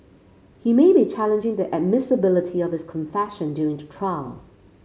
he may be challenging the admissibility of his confession during the trial